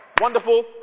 Wonderful